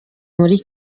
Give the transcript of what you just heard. muri